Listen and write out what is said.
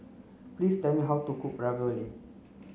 please tell me how to cook Ravioli